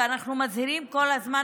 אנחנו מזהירים כל הזמן,